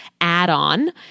add-on